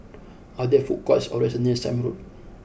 are there food courts or restaurants near Sime Road